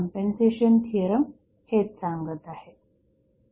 compensation theorem हेच सांगत आहे